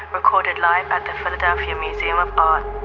recorded live at the philadelphia museum of art